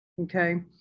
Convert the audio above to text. Okay